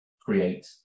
create